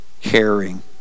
caring